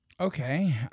Okay